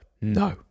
no